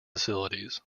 facilities